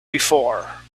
before